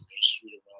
Street